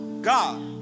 God